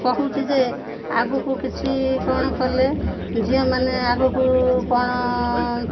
କହୁଛି ଯେ ଆଗକୁ କିଛି କ'ଣ କଲେ ଝିଅମାନେ ଆଗକୁ କ'ଣ